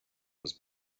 was